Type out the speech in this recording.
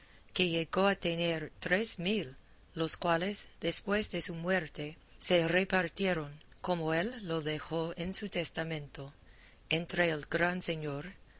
que llegó a tener tres mil los cuales después de su muerte se repartieron como él lo dejó en su testamento entre el gran señor